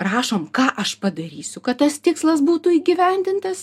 rašom ką aš padarysiu kad tas tikslas būtų įgyvendintas